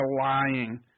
lying